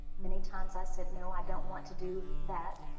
many times i said no, i don't want to do that.